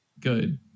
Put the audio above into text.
good